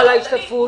ההשתתפות.